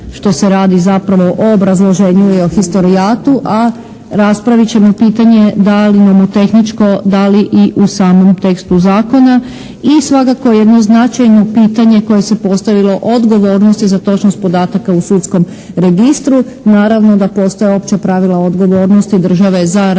što se radi zapravo o obrazloženju i o historijatu, a raspravit ćemo pitanje da li, nomotehničko da li i u samom tekstu zakona i svakako jedno značajno pitanje koje se postavilo odgovornosti za točnost podataka u sudskom registru. Naravno da postoje opća pravila o odgovornosti države za rad,